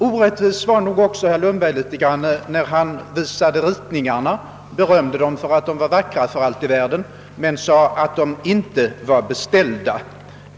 Orättvis var herr Lundberg också när han visade ritningarna och visserligen berömde dessa för att vara vackra men sade att de inte var beställda.